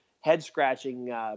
head-scratching